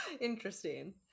interesting